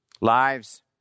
Lives